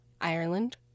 Ireland